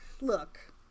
Look